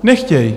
Nechtějí.